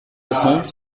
façons